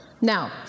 Now